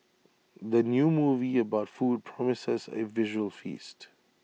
the new movie about food promises A visual feast